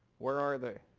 where are they?